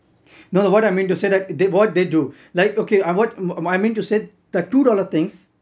no no know what I mean to say that what they do like okay I what I mean to say the two dollar things